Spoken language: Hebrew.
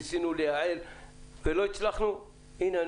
ניסינו לייעל ולא הצלחנו הנה,